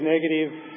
negative